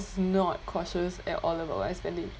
not cautious at all about my spending